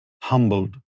humbled